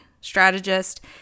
strategist